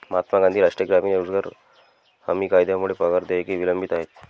महात्मा गांधी राष्ट्रीय ग्रामीण रोजगार हमी कायद्यामुळे पगार देयके विलंबित आहेत